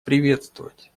приветствовать